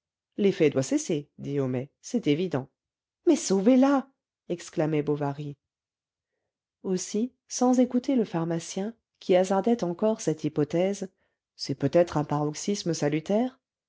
l'effet doit cesser dit homais c'est évident mais sauvez la exclamait bovary aussi sans écouter le pharmacien qui hasardait encore cette hypothèse c'est peut-être un paroxysme salutaire